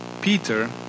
Peter